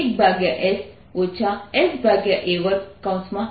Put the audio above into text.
અને z એ r છે